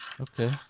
Okay